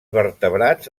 vertebrats